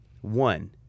One